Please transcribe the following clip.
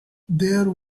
there